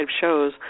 shows